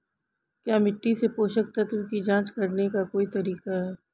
क्या मिट्टी से पोषक तत्व की जांच करने का कोई तरीका है?